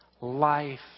life